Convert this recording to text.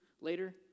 later